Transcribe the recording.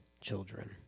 children